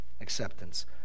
acceptance